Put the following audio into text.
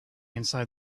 inside